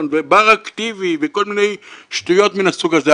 ובר אקטיבי וכל מיני שטויות מן הסוג הזה,